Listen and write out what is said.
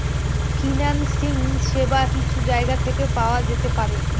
financing সেবা কিছু জায়গা থেকে পাওয়া যেতে পারে